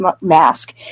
mask